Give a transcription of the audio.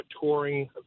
touring